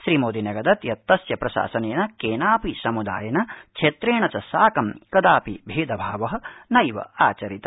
श्रीमोदी न्यगदत् यत् तस्य प्रशासनेन केनापि सम्दायेनक्षेत्रेण च साकं कदापि भेदभाव नद्याचरित